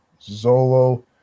Zolo